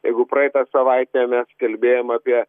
jeigu praeitą savaitę mes kalbėjom apie